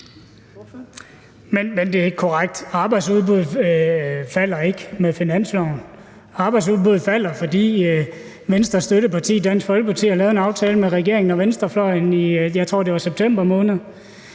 Det er ikke korrekt. Arbejdsudbuddet falder ikke som følge af finansloven. Arbejdsudbuddet falder, fordi Venstres støtteparti, Dansk Folkeparti, har lavet en aftale med regeringen og venstrefløjen i september måned,